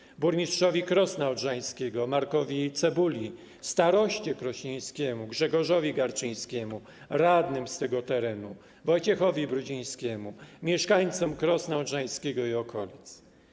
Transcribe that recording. Dziękuję burmistrzowi Krosna Odrzańskiego, Markowi Cebuli, staroście krośnieńskiemu, Grzegorzowi Garczyńskiemu, radnym z tego terenu, Wojciechowi Brudzińskiemu, mieszkańcom Krosna Odrzańskiego i okolic.